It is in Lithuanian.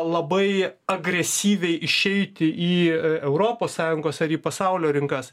labai agresyviai išeiti į europos sąjungos ar į pasaulio rinkas